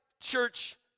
church